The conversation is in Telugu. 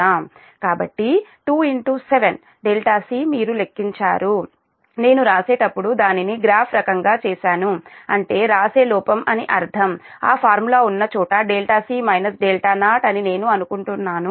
కాబట్టి 27 c మీరు లెక్కించారు నేను వ్రాసేటప్పుడు దానిని గ్రాఫ్ రకంగా చేసాను అంటే వ్రాసే లోపం అని అర్ధం ఆ ఫార్ములా ఉన్న చోట c 0 అని నేను అనుకుంటున్నాను